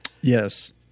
Yes